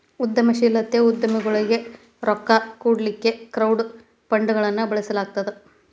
ಉದ್ಯಮಶೇಲತೆ ಉದ್ಯಮಗೊಳಿಗೆ ರೊಕ್ಕಾ ಕೊಡ್ಲಿಕ್ಕೆ ಕ್ರೌಡ್ ಫಂಡ್ಗಳನ್ನ ಬಳಸ್ಲಾಗ್ತದ